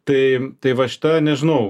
tai tai va šita nežinau